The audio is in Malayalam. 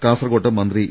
കാസർകോട്ട് മന്ത്രി ഇ